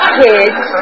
kids